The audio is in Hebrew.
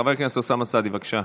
חבר הכנסת אוסאמה סעדי, בבקשה.